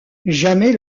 jamais